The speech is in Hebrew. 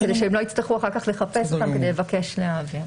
כדי שהם לא יצטרכו אחר כך לחפש כדי לבקש להעביר.